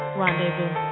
rendezvous